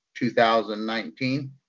2019